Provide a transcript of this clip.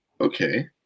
okay